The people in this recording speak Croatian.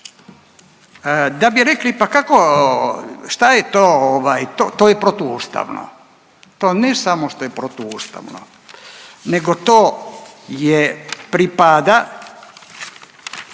da bi rekli pa kako, šta je to? To je protu ustavno. To ne samo što je protu ustavno, nego to pripada